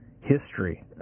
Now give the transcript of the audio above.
history